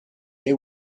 they